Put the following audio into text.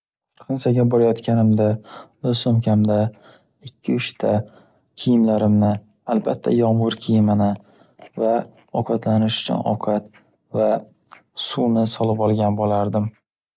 Fransiyaga borayotganimda va sumkamda ikki uchta kiyimlarimni albatta yomg’ir kiyimini va ovqatlanish uchun ovqat va suvni olib olgan bo’lardim.